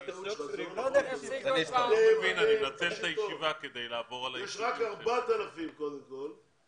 יש רק 4,000 בני ישיבות.